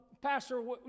Pastor